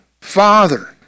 father